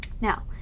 Now